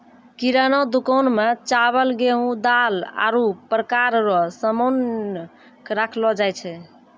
किराना दुकान मे चावल, गेहू, दाल, आरु प्रकार रो सामान राखलो जाय छै